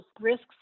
risks